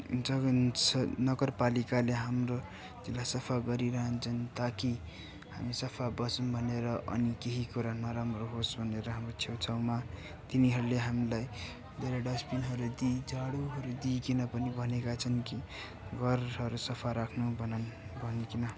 नगरपालिकाले हाम्रो जिल्ला सफा गरिरहन्छन् ताकि हामी सफा बसौँ भनेर अनि केही कुरा नराम्रो होस् भनेर हाम्रो छेउछाउमा तिनीहरूले हामीलाई धेरै डस्टबिनहरू दिइ झाडुहरू दिइकिन पनि भनेका छन् कि घरहरू सफा राख्नु भनौँ भनिकिन